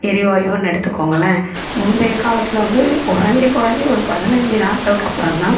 எரிவாயுன்னு எடுத்துக்கோங்களேன் முந்தைய காலத்தில் வந்து கொறைஞ்சி கொறைஞ்சி ஒரு பதினைஞ்சு நாட்களுக்கு அப்புறந்தான்